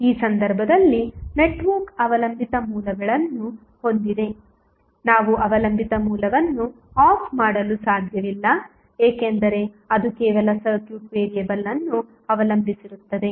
ಈ ಸಂದರ್ಭದಲ್ಲಿ ನೆಟ್ವರ್ಕ್ ಅವಲಂಬಿತ ಮೂಲಗಳನ್ನು ಹೊಂದಿದೆ ನಾವು ಅವಲಂಬಿತ ಮೂಲವನ್ನು ಆಫ್ ಮಾಡಲು ಸಾಧ್ಯವಿಲ್ಲ ಏಕೆಂದರೆ ಅದು ಕೆಲವು ಸರ್ಕ್ಯೂಟ್ ವೇರಿಯೇಬಲ್ ಅನ್ನು ಅವಲಂಬಿಸಿರುತ್ತದೆ